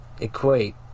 equate